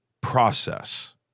process